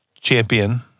champion